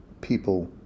people